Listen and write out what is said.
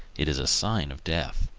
it is a sign of death.